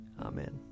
Amen